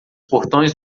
portões